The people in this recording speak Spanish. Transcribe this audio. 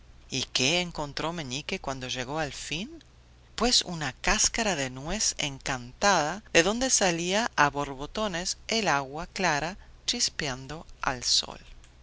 y qué encontró meñique cuando llegó al fin pues una cáscara de nuez encantada de donde salía a borbotones el agua clara chispeando al sol